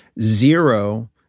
zero